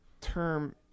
term